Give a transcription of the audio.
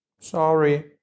sorry